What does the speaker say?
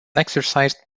exercised